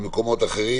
ממקומות אחרים,